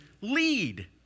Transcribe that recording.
lead